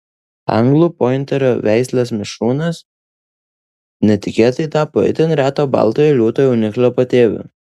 anglų pointerio veislės mišrūnas netikėtai tapo itin reto baltojo liūto jauniklio patėviu